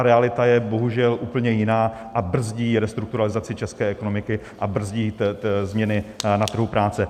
Realita je bohužel úplně jiná, brzdí restrukturalizaci české ekonomiky a brzdí změny na trhu práce.